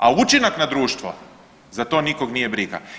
A učinak na društvo, za to nikog nije briga.